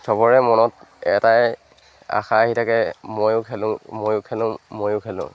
চবৰে মনত এটাই আশা আহি থাকে ময়ো খেলোঁ ময়ো খেলোঁ ময়ো খেলোঁ